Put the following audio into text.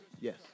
Yes